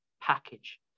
package